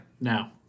Now